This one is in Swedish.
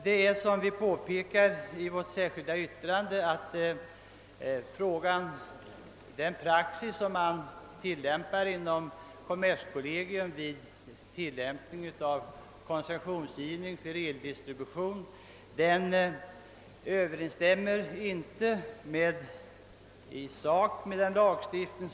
Men som vi påpekat i vårt särskilda yttrande överensstämmer inte den praxis, som kommerskollegium tillämpar vid koncessionsgivning för eldistribution, i sak med gällande lagstiftning.